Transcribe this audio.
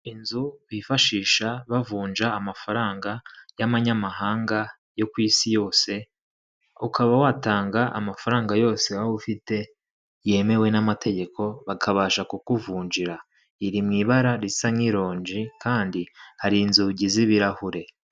Inzu bifashisha bavunja amafaranga y'abanyamahanga yo ku isi yose ukaba watanga amafaranga yose waba ufite yemewe n'amategeko bakabasha kukuvunjira, iri mu ibara risa nk'ironji kandi hari inzugi z'ibirahure.